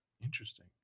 Interesting